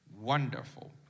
wonderful